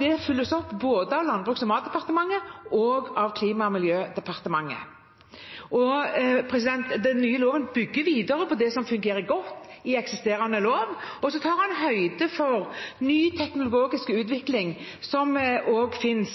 Det følges opp både av Landbruks- og matdepartementet og av Klima- og miljødepartementet. Den nye loven bygger videre på det som fungerer godt i eksisterende lov, og den tar høyde for ny teknologisk utvikling som finnes,